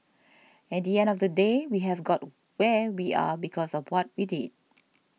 at the end of the day we have got where we are because of what we did